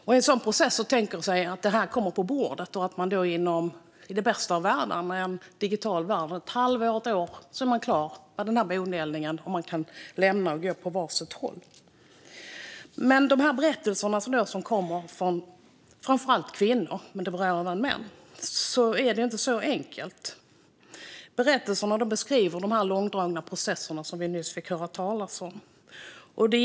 När detta kommer på bordet i en sådan här process borde det i den bästa av världar, i en digital värld, bara ta ett halvår eller ett år, och så är man klar med bodelningen och kan gå åt var sitt håll. I de berättelser som kommer in från framför allt kvinnor, men även män, är det dock inte så enkelt. Berättelserna beskriver de långdragna processer som vi nyss fick höra om.